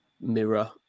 mirror